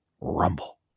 rumble